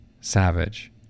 Savage